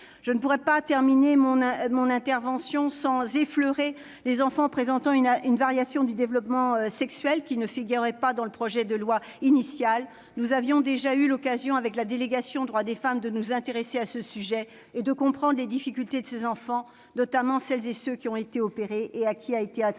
Je ne pourrais pas terminer mon intervention sans effleurer la problématique des enfants présentant une variation du développement sexuel, qui ne figurait pas dans le projet de loi initial. Nous avions déjà eu l'occasion, dans le cadre de la délégation aux droits des femmes, de nous intéresser à ce sujet et de comprendre les difficultés de ces enfants, notamment de celles et ceux qui ont été opérés et à qui a été attribué